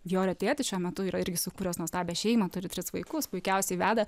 jorio tėtis šiuo metu yra irgi sukūręs nuostabią šeimą turi tris vaikus puikiausiai vedęs